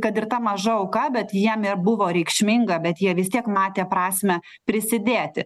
kad ir ta maža auka bet jiem ir buvo reikšminga bet jie vis tiek matė prasmę prisidėti